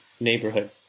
neighborhood